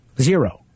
Zero